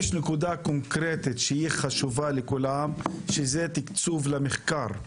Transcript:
יש נקודה קונקרטית שחשובה לכולם והיא תקצוב למחקר.